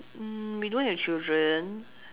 mm we don't have children